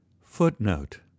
Footnote